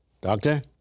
doctor